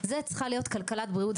זו צריכה להיות כלכלת בריאות,